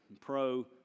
pro